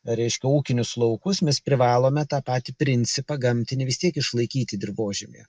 reiškia ūkinius laukus mes privalome tą patį principą gamtinį vis tiek išlaikyti dirvožemyje